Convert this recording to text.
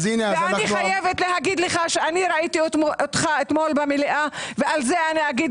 אני ראיתי אותך אתמול במליאה ואת זה אגיד